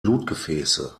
blutgefäße